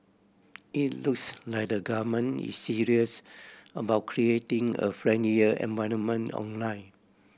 it looks like the government is serious about creating a friendlier environment online